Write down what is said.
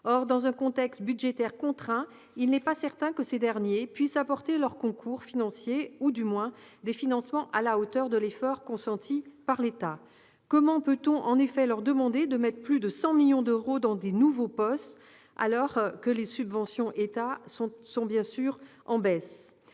Or, dans un contexte budgétaire contraint, il n'est pas certain que ces dernières puissent apporter leurs concours financiers ou du moins des financements à la hauteur de l'effort consenti par l'État. Comment peut-on en effet leur demander de consacrer plus de 100 millions d'euros à de nouveaux postes alors que les subventions de l'État sont en baisse ?